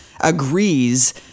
agrees